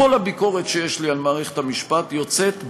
כל הביקורת שיש לי על מערכת המשפט יוצאת,